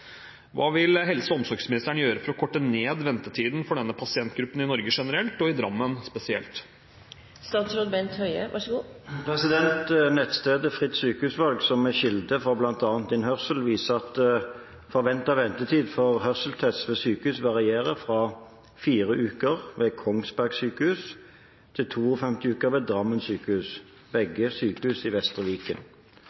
Hva vil statsråden gjøre for å korte ned ventetiden for denne pasientgruppen i Norge generelt, og i Drammen spesielt?» Nettstedet Fritt sykehusvalg, som er kilde for bl.a. Din hørsel, viser at forventet ventetid for hørselstest ved sykehus varierer fra fire uker ved Kongsberg sykehus til 52 uker ved Drammen sykehus – begge er sykehus i Vestre Viken